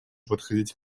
подходить